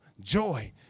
joy